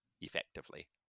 effectively